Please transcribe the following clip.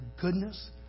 goodness